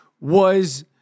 was-